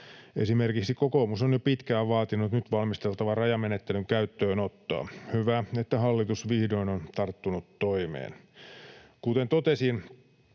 Esimerkiksi kokoomus on jo pitkään vaatinut nyt valmisteltavan rajamenettelyn käyttöönottoa — hyvä, että hallitus vihdoin on tarttunut toimeen. Kuten totesin,